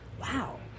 Wow